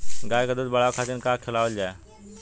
गाय क दूध बढ़ावे खातिन का खेलावल जाय?